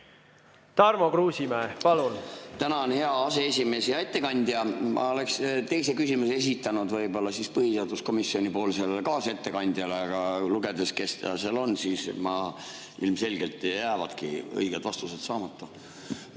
Tarmo Kruusimäe, palun!